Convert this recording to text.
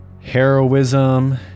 heroism